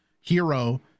hero